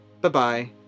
Bye-bye